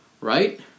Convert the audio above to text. right